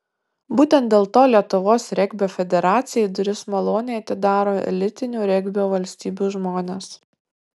būtent dėl to lietuvos regbio federacijai duris maloniai atidaro elitinių regbio valstybių žmonės